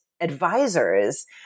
advisors